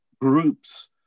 groups